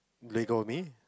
let go of me